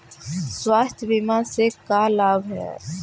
स्वास्थ्य बीमा से का लाभ है?